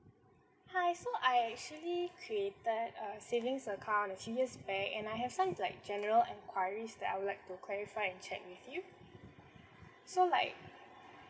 hi so I actually created a savings account a few years back and I have some like general enquiries that I would like to clarify and check with you so like